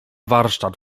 warsztat